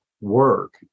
work